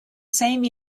same